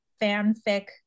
fanfic